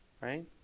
right